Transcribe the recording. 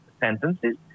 sentences